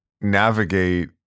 navigate